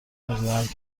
میگویند